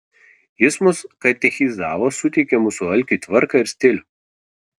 jis mus katechizavo suteikė mūsų alkiui tvarką ir stilių